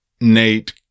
Nate